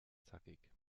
zackig